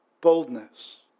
boldness